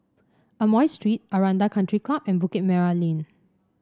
Amoy Street Aranda Country Club and Bukit Merah Lane